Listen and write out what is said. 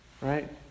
Right